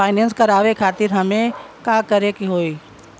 Finance करावे खातिर हमें का करे के होई?